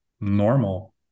normal